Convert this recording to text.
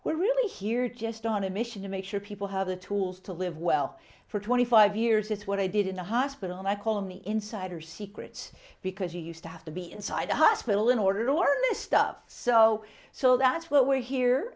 we're really here just on a mission to make sure people have the tools to live well for twenty five years is what i did in a hospital and i call him the insider secret because he used to have to be inside the hospital in order to learn this stuff so so that's what we're here